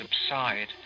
subside